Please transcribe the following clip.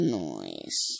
noise